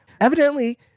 Evidently